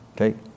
Okay